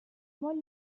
molt